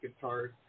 guitars